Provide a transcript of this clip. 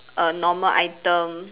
a normal item